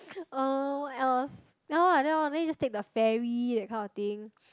uh what else ya lor like that lor then you just take the ferry that kind of thing